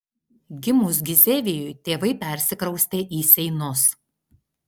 gimus gizevijui tėvai persikraustė į seinus